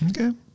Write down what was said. Okay